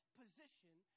position